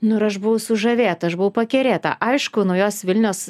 nu ir aš buvau sužavėta aš buvau pakerėta aišku naujos vilnios